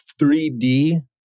3D